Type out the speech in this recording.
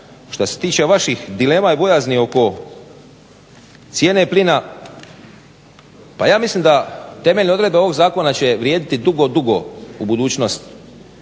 Što se tiče vaših dilema i bojazni oko cijene plina, pa ja mislim da temeljne odredbe ovog Zakona će vrijediti dugo, dugo u budućnost